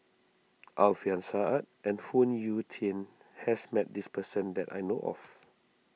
Alfian Sa'At and Phoon Yew Tien has met this person that I know of